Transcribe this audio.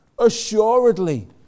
Assuredly